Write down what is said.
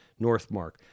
Northmark